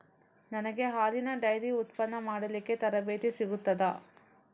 ನನಗೆ ಹಾಲಿನ ಡೈರಿ ಉತ್ಪನ್ನ ಮಾಡಲಿಕ್ಕೆ ತರಬೇತಿ ಸಿಗುತ್ತದಾ?